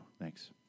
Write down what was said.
Thanks